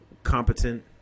Competent